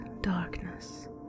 darkness